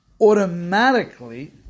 automatically